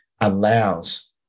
allows